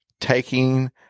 taking